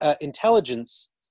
intelligence